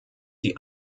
die